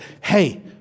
hey